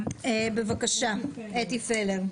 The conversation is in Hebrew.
בבקשה, אתי פלר.